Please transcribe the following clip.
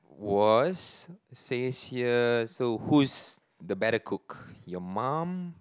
was six years so who's the better cook your mom